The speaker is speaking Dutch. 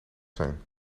zijn